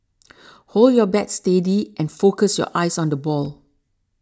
hold your bat steady and focus your eyes on the ball